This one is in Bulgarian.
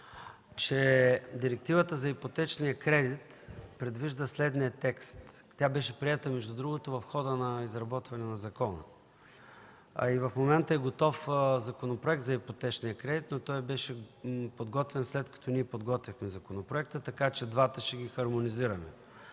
че Директивата за ипотечния кредит предвижда следния текст. Между другото тя беше приета в хода на изработването на закона. В момента е готов Законопроектът за ипотечния кредит, но той беше подготвен след като ние подготвихме законопроекта. Така че ще ги хармонизираме